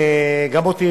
גם אותי,